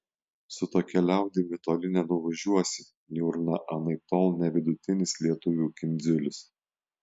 su tokia liaudimi toli nenuvažiuosi niurna anaiptol ne vidutinis lietuvių kindziulis